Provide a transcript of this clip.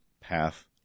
path